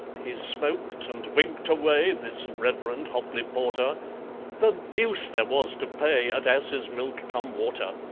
he smoked and winked away this reverend hopley porter the deuce there was to pay at assesmilk-cum-worter.